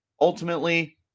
Ultimately